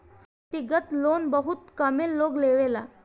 व्यक्तिगत लोन बहुत कमे लोग लेवेला